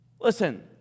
Listen